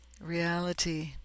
reality